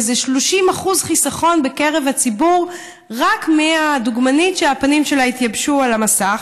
איזה 30% חיסכון בקרב הציבור רק מהדוגמנית שהפנים שלה התייבשו על המסך.